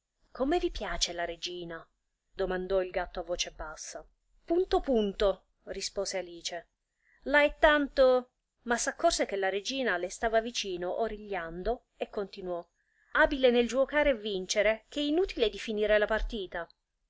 come vi piace la regina domandò il gatto a voce bassa punto punto rispose alice la è tanto ma s'accorse che la regina le stava vicino origliando e continuò abile nel giuocare e vincere ch'è inutile di finire la partita